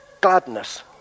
gladness